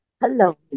Hello